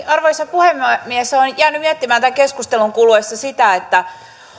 arvoisa puhemies olen jäänyt miettimään tämän keskustelun kuluessa sitä että